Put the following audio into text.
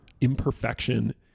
imperfection